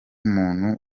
umuntu